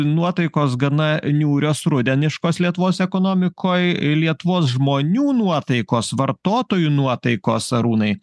nuotaikos gana niūrios rudeniškos lietuvos ekonomikoj lietuvos žmonių nuotaikos vartotojų nuotaikos arūnai